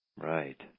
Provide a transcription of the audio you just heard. Right